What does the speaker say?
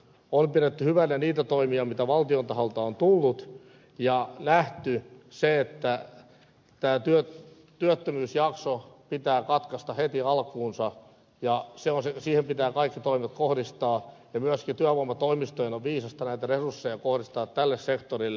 on pidetty hyvinä niitä toimia mitä valtion taholta on tullut ja nähty se että työttömyysjakso pitää katkaista heti alkuunsa ja siihen pitää kaikki toimet kohdistaa ja myöskin työvoimatoimistojen on viisasta näitä resursseja kohdistaa tälle sektorille